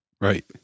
Right